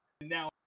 now